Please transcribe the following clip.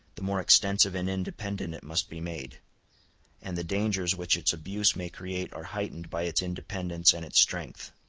the more extensive and independent it must be made and the dangers which its abuse may create are heightened by its independence and its strength.